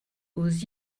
aux